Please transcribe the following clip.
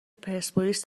پرسپولیس